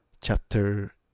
Chapter